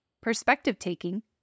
perspective-taking